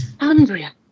Andrea